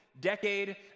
decade